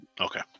Okay